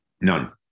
None